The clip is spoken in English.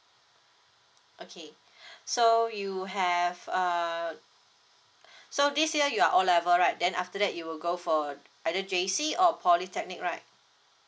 okay so you have err so this year you are O level right then after that you will go for either J_C or polytechnic right